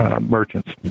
merchants